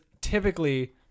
typically